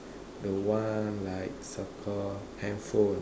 the one like circle handphone